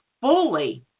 fully